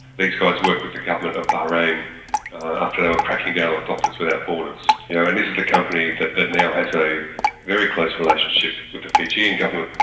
these guys worked with the government of bahrain after they were cracking down on doctors without borders. you know, and this is the company that that now has a very close relationship with the fijian government.